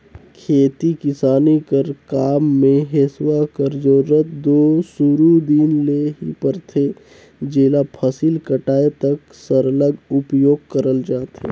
खेती किसानी कर काम मे हेसुवा कर जरूरत दो सुरू दिन ले ही परथे जेला फसिल कटाए तक सरलग उपियोग करल जाथे